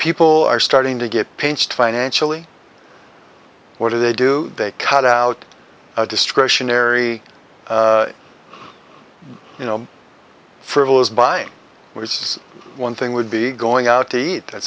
people are starting to get pinched financially what do they do they cut out discretionary you know frivolous buying was one thing would be going out to eat at